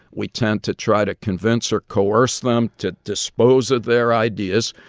we tend to try to convince or coerce them to dispose of their ideas,